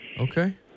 Okay